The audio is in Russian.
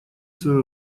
свое